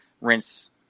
rinse